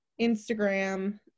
Instagram